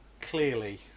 clearly